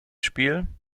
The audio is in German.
spiel